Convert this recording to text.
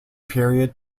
period